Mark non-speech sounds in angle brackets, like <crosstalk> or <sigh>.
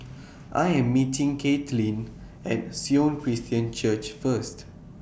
<noise> I Am meeting Caitlynn At Sion Christian Church First